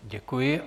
Děkuji.